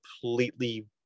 completely